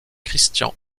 christian